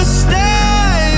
stay